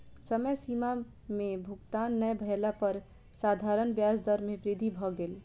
समय सीमा में भुगतान नै भेला पर साधारण ब्याज दर में वृद्धि भ गेल